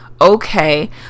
okay